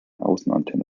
außenantenne